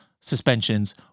suspensions